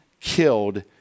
killed